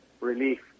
relief